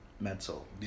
mental